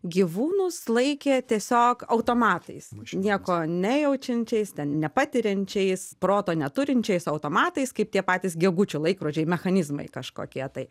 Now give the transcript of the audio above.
gyvūnus laikė tiesiog automatais nieko nejaučiančiais ten nepatiriančiais proto neturinčiais automatais kaip tie patys gegučių laikrodžiai mechanizmai kažkokie tai